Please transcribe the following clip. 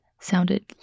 sounded